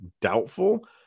Doubtful